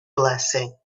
blessing